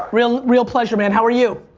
real, real pleasure man. how are you?